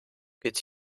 geht